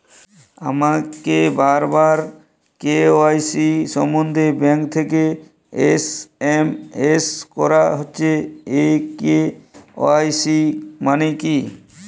আমাকে বারবার কে.ওয়াই.সি সম্বন্ধে ব্যাংক থেকে এস.এম.এস করা হচ্ছে এই কে.ওয়াই.সি মানে কী?